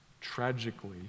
tragically